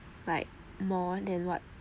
like more than what